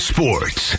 Sports